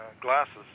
glasses